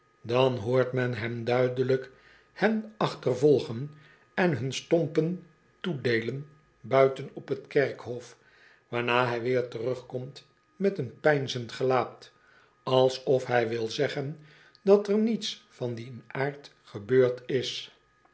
dan hoort men hem duidelijk hen achtervolgen en hun stompen toedeelen buiten op t kerkhof waarna hij weer terugkomt met een peinzend gelaat alsof hij wil zeggen dat er niets van dien aard gebeurd is